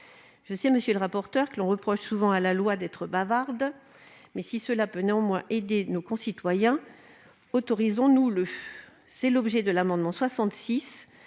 Je sais, monsieur le rapporteur, qu'on reproche souvent à la loi d'être bavarde. Mais si cela peut aider nos concitoyens, autorisons-nous-le